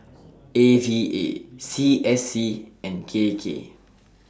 A V A C S C and K K